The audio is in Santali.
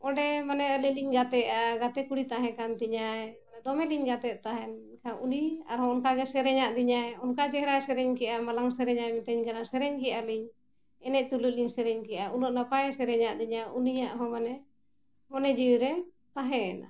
ᱚᱸᱰᱮ ᱢᱟᱱᱮ ᱟᱹᱞᱤᱧ ᱞᱤᱧ ᱜᱟᱛᱮᱜᱼᱟ ᱜᱟᱛᱮ ᱠᱩᱲᱤ ᱛᱟᱦᱮᱸ ᱠᱟᱱ ᱛᱤᱧᱟᱹᱭ ᱫᱚᱢᱮᱞᱤᱧ ᱜᱟᱛᱮᱜ ᱛᱟᱦᱮᱱ ᱠᱷᱟᱱ ᱩᱱᱤ ᱟᱨᱦᱚᱸ ᱚᱱᱠᱟ ᱜᱮ ᱥᱮᱨᱮᱧᱟᱫᱤᱧᱟᱭ ᱚᱱᱠᱟ ᱪᱮᱦᱨᱟᱭ ᱥᱮᱨᱮᱧ ᱠᱮᱜᱼᱟ ᱢᱟᱞᱟᱝ ᱥᱮᱨᱮᱧᱟ ᱢᱤᱛᱟᱹᱧ ᱠᱟᱱᱟᱭ ᱥᱮᱨᱮᱧ ᱠᱮᱜᱼᱟᱞᱤᱧ ᱮᱱᱮᱡ ᱛᱩᱞᱩᱡ ᱞᱤᱧ ᱥᱮᱨᱮᱧ ᱠᱮᱜᱼᱟ ᱩᱱᱟᱹᱜ ᱱᱟᱯᱟᱭ ᱥᱮᱨᱮᱧᱟᱫᱤᱧᱟᱭ ᱩᱱᱤᱭᱟᱜ ᱦᱚᱸ ᱢᱟᱱᱮ ᱢᱚᱱᱮ ᱡᱤᱣᱤ ᱨᱮ ᱛᱟᱦᱮᱸᱭᱮᱱᱟ